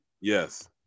yes